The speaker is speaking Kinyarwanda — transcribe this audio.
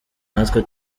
natwe